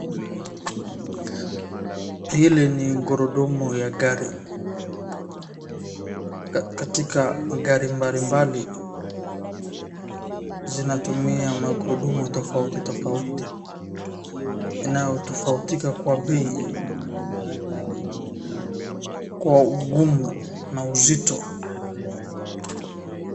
Hili ni gurudumu ya gari. Katika magari mbalimbali zinatumia magurudumu tofauti tofauti, inayotofautika kwa bei, kwa ugumu na uzito.